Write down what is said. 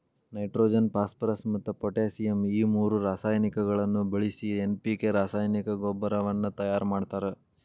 nitrogen phosphorus ಮತ್ತ್ potassium ಈ ಮೂರು ರಾಸಾಯನಿಕಗಳನ್ನ ಬಳಿಸಿ ಎನ್.ಪಿ.ಕೆ ರಾಸಾಯನಿಕ ಗೊಬ್ಬರವನ್ನ ತಯಾರ್ ಮಾಡ್ತಾರ